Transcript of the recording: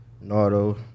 Nardo